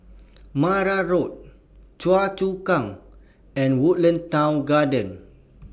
Marang Road Choa Chu Kang and Woodlands Town Garden